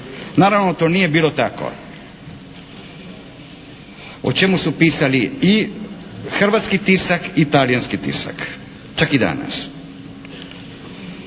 Naravno to nije bilo tako. O čemu su pisali i hrvatski tisak i talijanski tisak čak i danas?